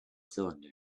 cylinder